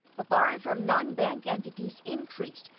but borrowing from non-bank entities increased.